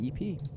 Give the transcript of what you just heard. EP